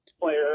player